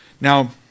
Now